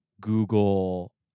Google